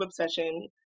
obsession